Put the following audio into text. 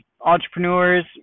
entrepreneurs